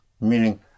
meaning